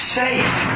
safe